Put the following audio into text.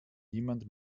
niemand